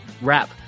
rap